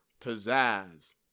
pizzazz